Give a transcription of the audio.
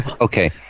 Okay